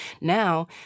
Now